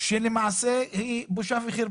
כי נשאלה כאן השאלה מהו אי-ביטחון תזונתי לפי ההגדרה שלכם.